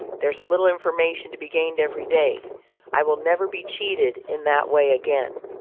there's a little information to be gained every day i will never be cheated in that way again.